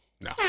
No